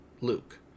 Luke